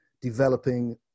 developing